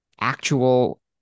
actual